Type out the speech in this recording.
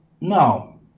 No